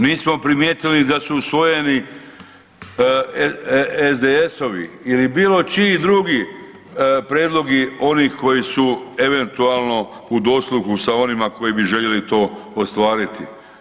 Nismo primijetili da su usvojeni SDS-ovi ili bilo čiji drugi prijedlozi onih koji su eventualno u dosluhu sa onima koji bi željeli to ostvariti.